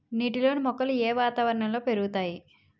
నీటిలోని మొక్కలు ఏ వాతావరణంలో పెరుగుతాయి?